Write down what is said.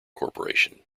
corporation